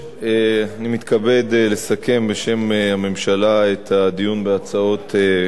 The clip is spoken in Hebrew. אני מתכבד לסכם בשם הממשלה את הדיון בהצעות האי-אמון,